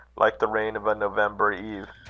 like the rain of a november eve.